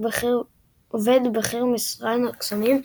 עובד בכיר במשרד הקסמים,